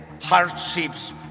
hardships